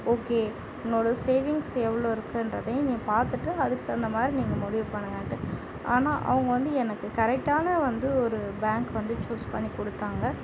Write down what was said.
okay உன்னோட savings எவ்வளோ இருக்குன்றதையும் நீ பார்த்துட்டு அதுக்கு தகுந்த மாதிரி நீங்கள் முடிவு பண்ணுங்கன்ட்டு ஆனால் அவங்க வந்து எனக்கு கரெக்ட்டான வந்து ஒரு பேங்க் வந்து சூஸ் பண்ணி கொடுத்தாங்க